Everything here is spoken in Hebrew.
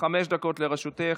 חמש דקות לרשותך.